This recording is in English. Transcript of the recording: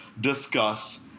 discuss